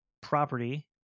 property